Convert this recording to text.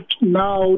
now